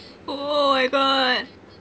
oh my god